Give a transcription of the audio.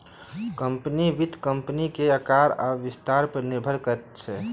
company, वित्त कम्पनीक आकार आ विस्तार पर निर्भर करैत अछि